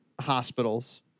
hospitals